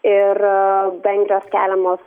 ir vengrijos keliamos